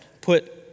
put